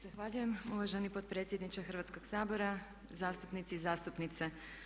Zahvaljujem uvaženi potpredsjedniče Hrvatskog sabora, zastupnici i zastupnice.